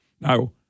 No